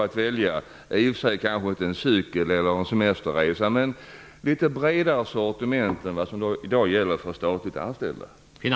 Jag tänker i detta sammanhang kanske i och för sig inte på en cykel eller en semesterresa, men skulle önska ett litet bredare sortiment än vad som i dag gäller för statligt anställda.